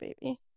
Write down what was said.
Baby